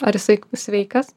ar jisai sveikas